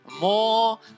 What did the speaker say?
More